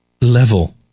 level